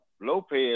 Lopez